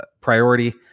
priority